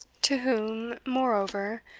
to whom, moreover,